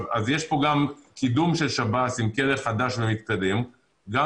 אז יש פה גם קידום של שב"ס עם כלא חדש ומתקדם וגם